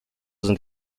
sind